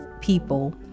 people